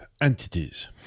entities